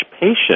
patient